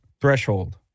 threshold